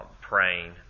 praying